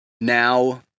now